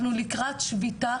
אנחנו לקראת שביתה